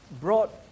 brought